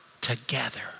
together